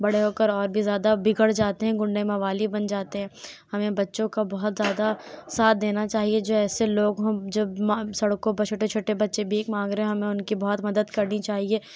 بڑے ہو کر اور بھی زیادہ بگڑ جاتے ہیں غنڈے موالی بن جاتے ہیں ہمیں بچوں کا بہت زیادہ ساتھ دینا چاہیے جو ایسے لوگ ہوں سڑکوں پر چھوٹے چھوٹے بچے بھیک مانگ رہے ہیں ہمیں ان کی بہت مدد کرنی چاہیے